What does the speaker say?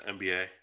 NBA